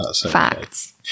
facts